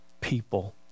people